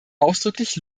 ausdrücklich